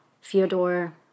Fyodor